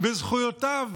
וזכויותיו